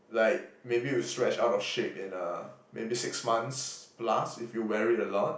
like maybe you stretch out of shape in uh maybe six months plus if you wear it a lot